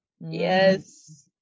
yes